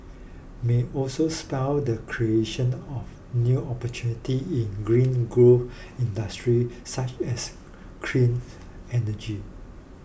may also spur the creation of new opportunity in green growth industry such as clean energy